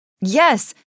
Yes